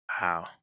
Wow